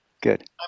good